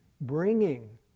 bringing